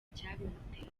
icyabimuteye